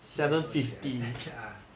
七点多起来 ah